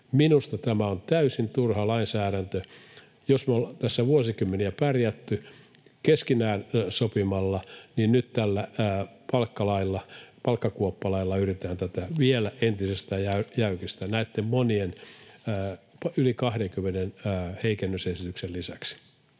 Minusta tämä on täysin turha lainsäädäntö. Jos me ollaan tässä vuosikymmeniä pärjätty keskenään sopimalla, niin nyt tällä palkkakuoppalailla yritetään tätä vielä entisestään jäykistää näitten monien, yli 20 heikennysesityksen lisäksi.